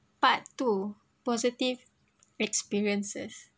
part two positive experiences